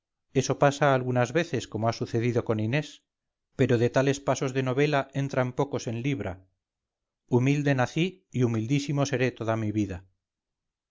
eso pasa algunas veces como ha sucedido con inés pero de tales pasos de novela entran pocos en libra humilde nací y humildísimo seré toda mi vida